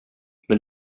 men